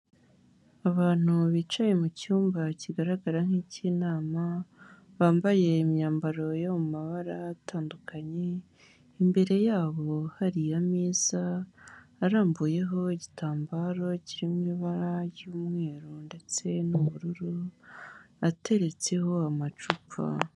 Abantu bicaye mu cyumba kigaragara nk'ik'inama, bambaye imyambaro yo mu mabara atandukanye, imbere yabo hari ameza arambuyeho igitambaro kirimo ibara ry'umweru ndetse n'ubururu, ateretseho amacupa.